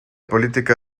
política